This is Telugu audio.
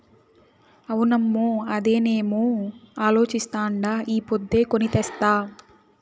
అవునమ్మో, అదేనేమో అలోచిస్తాండా ఈ పొద్దే కొని తెస్తా